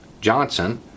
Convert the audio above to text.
Johnson